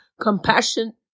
compassion